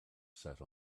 sat